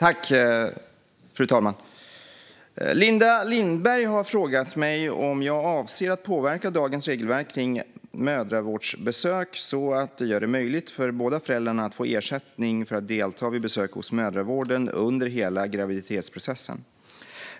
Fru talman! Linda Lindberg har frågat mig om jag avser att påverka dagens regelverk kring mödravårdsbesök så att det gör det möjligt för båda föräldrarna att få ersättning för att delta vid besök hos mödravården under hela graviditetsprocessen.